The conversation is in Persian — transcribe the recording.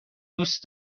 دوست